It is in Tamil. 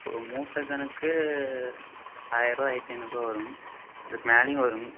ஒரு மூட்டை கணக்கு ஆயிரம் ரூபா ஆயிரத்து ஐந்நூறுரூவா வருங்க அதுக்கு மேலேயும் வருங்க